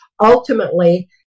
Ultimately